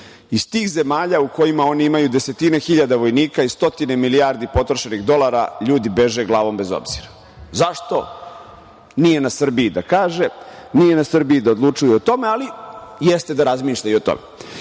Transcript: Iz tih zemalja u kojima oni imaju desetine hiljada vojnika i stotine milijardi potrošenih dolara, ljudi beže glavom bez obzira. Zašto? Nije na Srbiji da kaže, nije na Srbiji da odlučuje o tome, ali jeste da razmišlja i o tome.